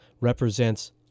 represents